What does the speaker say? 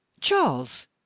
Charles